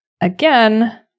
again